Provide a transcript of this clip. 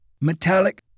metallic